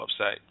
website